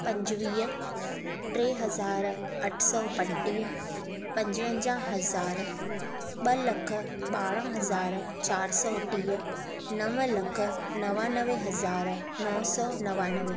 पंजवीह टे हज़ार अठ सौ पंटीह पंजवंजाह हज़ार ॿ लख ॿारहां हज़ार चारि सौ टीह नव लख नवानवे हज़ार नव सौ नवानवे